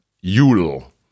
Yule